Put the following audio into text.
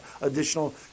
additional